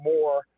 more